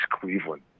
Cleveland